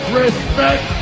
respect